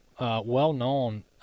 well-known